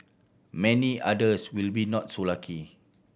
many others will be not so lucky